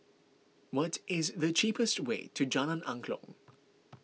what is the cheapest way to Jalan Angklong